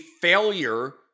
failure